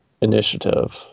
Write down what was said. initiative